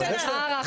זה רק משבוע שעבר.